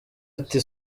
ati